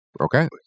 Okay